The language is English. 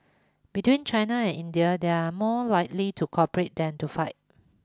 between China and India they are more likely to cooperate than to fight